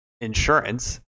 insurance